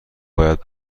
باید